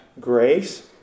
Grace